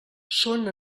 són